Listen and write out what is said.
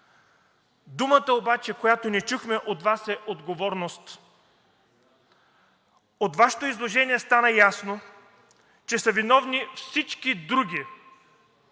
Думата, която не чухме от Вас, е отговорност. От Вашето изложение стана ясно, че са виновни всички други,